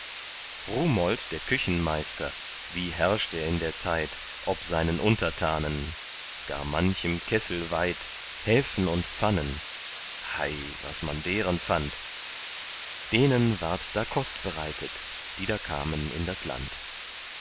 rumold der küchenmeister wie herrscht er in der zeit ob seinen untertanen gar manchem kessel weit häfen und pfannen hei was man deren fand denen ward da kost bereitet die da kamen in das land